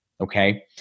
Okay